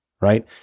right